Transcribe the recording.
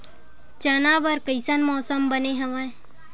चना बर कइसन मौसम बने हवय?